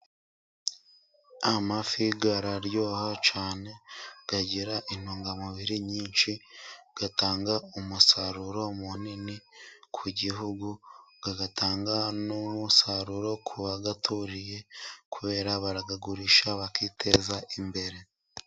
Amafi araryoha cyane , agira intungamubiri nyinshi, atanga umusaruro munini ku gihugu, agatanga n'umusaruro ku bayaturiye kubera barayagurisha bakiteza imbere.